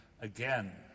Again